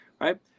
right